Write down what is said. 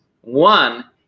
One